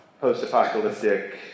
post-apocalyptic